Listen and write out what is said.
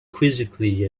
quizzically